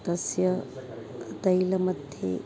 तस्य तैलमध्ये